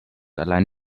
allein